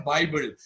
Bible